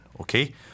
Okay